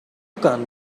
can’t